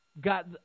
got